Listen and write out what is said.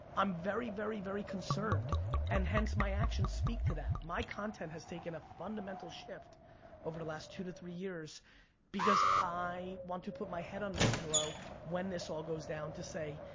i'm very, very, very concerned and hence my actions speak to that. my content has taken a fundamental shift over the last two to three years because i want to put my head on the pillow when this all goes down to say,